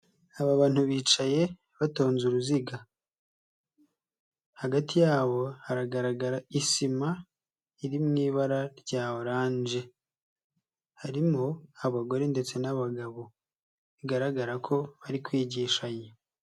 Aba bantu bicaye batonze uruziga, hagati yabo hagaragara isima, iri mu ibara rya orange, harimo abagore ndetse n'abagabo, bigaragara ko bari kwigishanya.